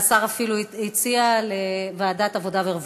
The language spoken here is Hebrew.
והשר אפילו הציע לוועדת העבודה והרווחה.